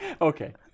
Okay